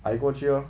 I go here